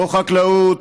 חקלאות,